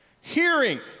hearing